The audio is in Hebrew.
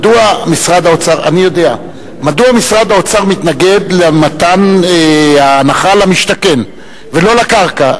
מדוע משרד האוצר מתנגד למתן הנחה למשתכן ולא לקרקע,